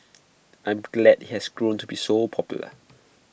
I am glad IT has grown to be so popular